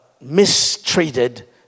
mistreated